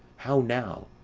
how now?